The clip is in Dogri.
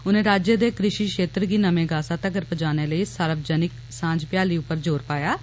उनें राज्य दे कृशि क्षेत्र गी नमें गासा तगर पजाने लेई सार्वजनिक सांझ भ्याली उप्पर जोर पाया ऐ